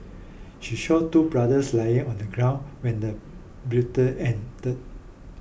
she saw two brothers lying on the ground when the ended